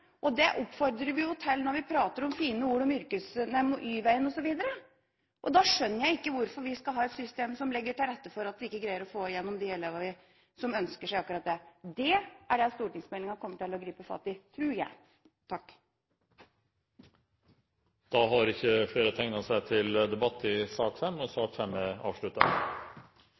Det oppfordrer vi jo til når vi prater i fine ordelag om y-veien osv. Da skjønner jeg ikke hvorfor vi skal ha et system som legger til rette for at vi ikke greier å få igjennom de elever som ønsker seg akkurat det. Det er dette stortingsmeldinga kommer til å gripe fatt i, tror jeg. Flere har ikke bedt om ordet til